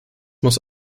muss